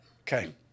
Okay